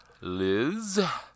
Liz